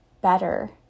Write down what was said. better